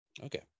Okay